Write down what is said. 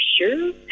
sure